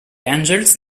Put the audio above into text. angels